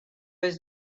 was